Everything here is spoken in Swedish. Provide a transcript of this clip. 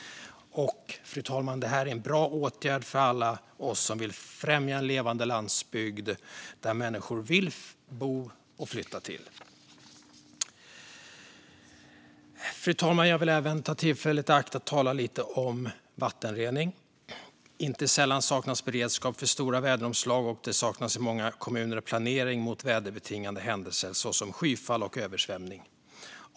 Detta, fru talman, är en bra åtgärd för alla oss som vill främja en levande landsbygd där människor vill bo och dit människor vill flytta. Fru talman! Jag vill även ta tillfället i akt att tala lite om vattenrening. Inte sällan saknas beredskap för stora väderomslag, och det saknas i många kommuner planering för väderbetingade händelser såsom skyfall och översvämning.